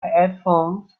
headphones